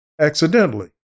accidentally